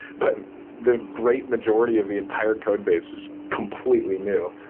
but the great majority of the entire code base is completely new.